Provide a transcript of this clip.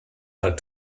are